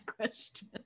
question